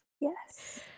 yes